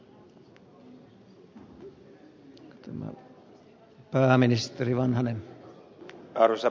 arvoisa puhemies